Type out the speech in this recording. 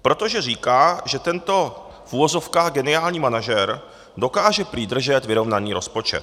Protože říká, že tento v uvozovkách geniální manažer dokáže prý držet vyrovnaný rozpočet.